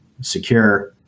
secure